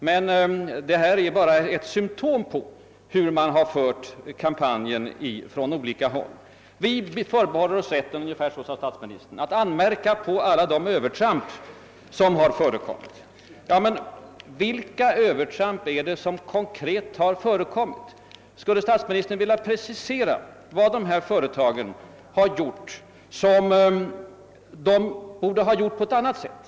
Men det är ändå ett symptom på hur man har fört kampanjen från olika håll. Vi förbehåller oss rätten, ungefär så sade statsministern, att anmärka på alla de övertramp som har förekommit. Jag frågar: Vilka konkreta övertramp är det som har förekommit? Skulle statsministern vilja precisera vad de nämnda företagen har gjort som de borde ha gjort på ett annat sätt?